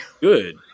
good